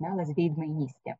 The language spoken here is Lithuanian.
melas veidmainystė